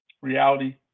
reality